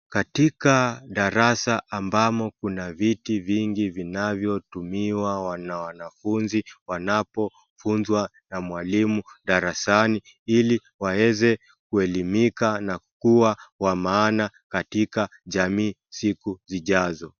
Katika darasa ambamo kuna viti vingi vinavyotumiwa na wanafunzi wanapofunzwa na mwalimu darasani ili waeze kuelimika na kuwa wa maana katika jamii siku zijazo.